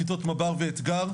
כיתות מב"ר ואתגר,